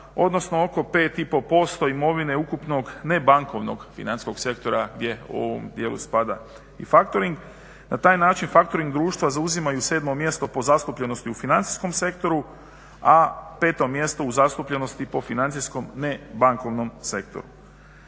odnosno oko 5,5% imovine ukupnog ne bankovnog financijskog sektora gdje u ovom djelu spada i factoring. Na taj način factoring društva zauzimaju 7 mjesto po po zastupljenosti u financijskom sektoru, a 5. mjesto u zastupljenosti po financijskom ne bankovnom sektoru.